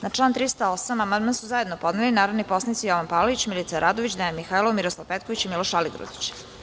Na član 308. amandman su zajedno podneli narodni poslanici Jovan Palalić, Milica Radović, Dejan Mihajlov, Miroslav Petković i Miloš Aligrudić.